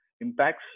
impacts